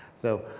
so